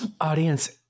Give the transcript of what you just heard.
Audience